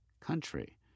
country